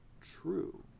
True